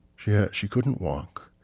she yeah she couldn't walk.